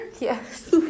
Yes